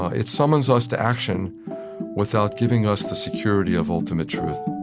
ah it summons us to action without giving us the security of ultimate truth